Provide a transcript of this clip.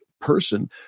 person